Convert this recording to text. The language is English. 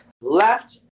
left